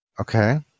Okay